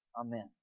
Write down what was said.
Amen